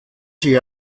sich